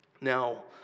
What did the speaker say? Now